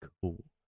cool